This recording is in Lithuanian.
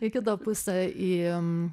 į kitą pusę į